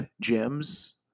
gems